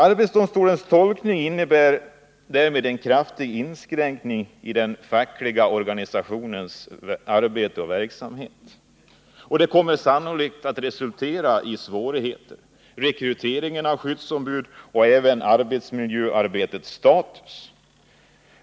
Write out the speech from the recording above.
Arbetsdomstolens tolkning innebär därmed en kraftig inskränkning i de fackliga organisationernas verksamhet. Det kommer sannolikt att resultera i svårigheter när de: gäller rekryteringen av skyddsombud och även i fråga om arbetsmiljöarbetets status.